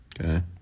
Okay